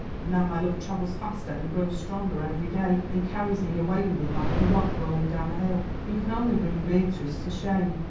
and now my love travels faster and grows stronger every day, and carries me away with it like a rock rolling down a hill. you can only bring beatrice to shame,